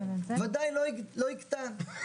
ודאי לא יקטן,